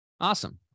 Awesome